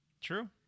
True